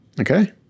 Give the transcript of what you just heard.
Okay